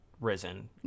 risen